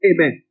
Amen